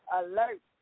alert